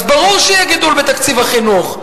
אז ברור שיהיה גידול בתקציב החינוך.